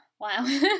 Wow